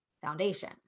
foundation